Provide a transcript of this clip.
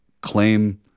claim